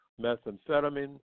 methamphetamine